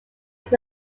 was